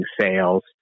sales